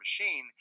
machine